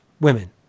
Women